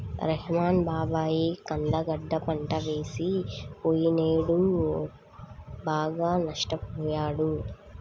రెహ్మాన్ బాబాయి కంద గడ్డ పంట వేసి పొయ్యినేడు బాగా నష్టపొయ్యాడు